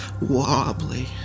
wobbly